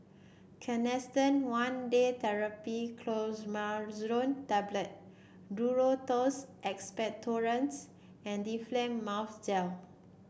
Canesten One Day Therapy Clotrimazole Tablet Duro Tuss Expectorants and Difflam Mouth Gel